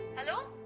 hello.